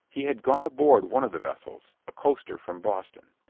he had gone aboard one of the vessels a coaster from boston.